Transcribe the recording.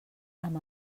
amb